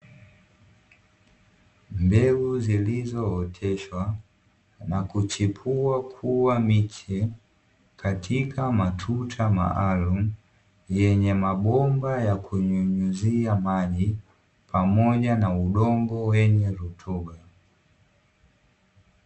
Mbegu zilizooteshwa na kuchipua kuwa miche katika matuta maalum yenye mabomba ya kunyunyizia maji pamoja na udongo wengi rutuba.